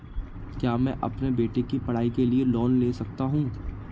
क्या मैं अपने बेटे की पढ़ाई के लिए लोंन ले सकता हूं?